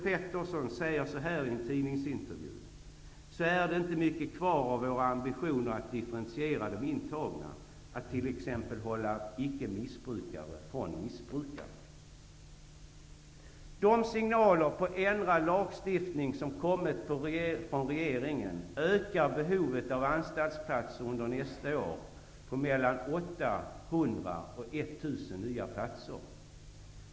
Pettersson säger i en tidningsintervju: Så är det inte mycket kvar av vår ambition att differentiera de intagna, att t.ex. hålla icke-missbrukare från missbrukare. De signaler om ändrad lagstiftning som kommit från regeringen ökar behovet av anstaltsplatser under nästa år på mellan 800 och 1 000 nya platser.